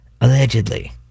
allegedly